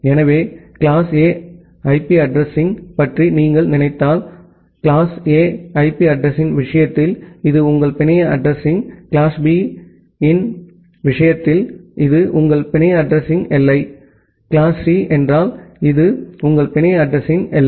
எனவே class A IP அட்ரஸிங்யைப் பற்றி நீங்கள் நினைத்தால் கிளாஸ் A ஐபி அட்ரஸிங்ன் விஷயத்தில் இது உங்கள் பிணைய அட்ரஸிங் கிளாஸ் B இன் விஷயத்தில் இது உங்கள் பிணைய அட்ரஸிங்எல்லை கிளாஸ் சி என்றால் இது உங்கள் பிணைய அட்ரஸிங்எல்லை